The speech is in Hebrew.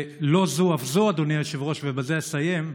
ולא זו אף זו, אדוני היושב-ראש, ובזה אסיים,